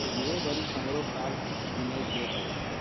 इहे बरिस हमरो कार किनए के हइ